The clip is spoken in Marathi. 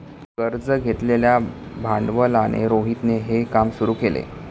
कर्ज घेतलेल्या भांडवलाने रोहितने हे काम सुरू केल